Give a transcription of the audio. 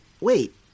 Wait